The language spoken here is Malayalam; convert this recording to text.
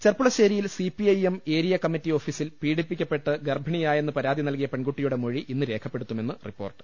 ചെർപ്പുളശ്ശേരിയിൽ സിപിഐഎം ഏരിയ കമ്മിറ്റി ഓഫീസിൽ പീഡിപ്പിക്കപ്പെട്ട് ഗർഭിണിയായെന്ന് പരാതി നൽകിയ പെൺകു ട്ടിയുടെ മൊഴി ഇന്ന് രേഖപ്പെടുത്തുമെന്ന് റിപ്പോർട്ട്